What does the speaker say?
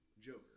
Joker